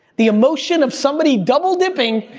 the emotion of somebody double-dipping,